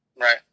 Right